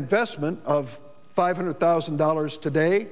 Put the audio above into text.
invest mint of five hundred thousand dollars today